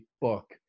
book